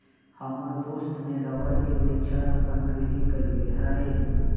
हमर दोस्त ने रबर के वृक्षारोपण कृषि कईले हई